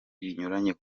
binyuranye